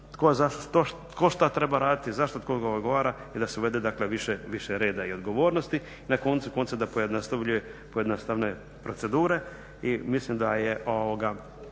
tko šta treba raditi, za što tko odgovara i da se uvede, dakle više reda i odgovornosti. I na koncu konca da pojednostavnjuje procedure. I mislim da je,